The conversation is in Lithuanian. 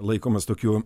laikomas tokiu